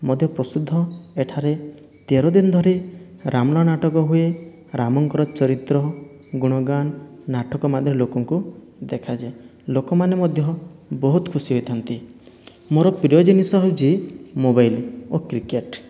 ମଧ୍ୟ ପ୍ରସିଦ୍ଧ ଏଠାରେ ତେର ଦିନ ଧରି ରାମଳୀଳା ନାଟକ ହୁଏ ରାମଙ୍କ ଚରିତ୍ର ଗୁଣଗାନ ନାଟକ ମଧ୍ୟମରେ ଲୋକଙ୍କୁ ଦେଖାଯାଏ ଲୋକମାନେ ମଧ୍ୟ ବହୁତ ଖୁସି ହୋଇଥାନ୍ତି ମୋର ପ୍ରିୟ ଜିନିଷ ହେଉଛି ମୋବାଇଲ ଓ କ୍ରିକେଟ